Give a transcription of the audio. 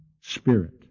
spirit